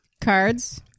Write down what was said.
cards